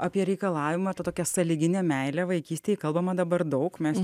apie reikalavimą ta tokią sąlyginę meilę vaikystėj kalbama dabar daug mes